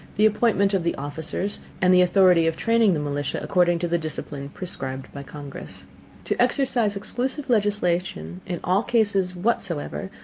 the appointment of the officers, and the authority of training the militia according to the discipline prescribed by congress to exercise exclusive legislation in all cases whatsoever,